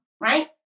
right